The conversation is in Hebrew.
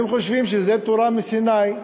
והם חושבים שזה תורה מסיני: